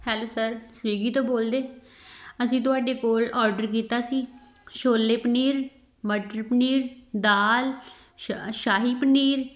hello sir Swiggy ਤੋਂ ਬੋਲਦੇ ਅਸੀਂ ਤੁਹਾਡੇ ਕੋਲ ਔਡਰ ਕੀਤਾ ਸੀ ਛੋਲੇ ਪਨੀਰ ਮਟਰ ਪਨੀਰ ਦਾਲ ਸ਼ ਸ਼ਾਹੀ ਪਨੀਰ